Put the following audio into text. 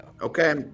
Okay